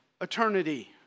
eternity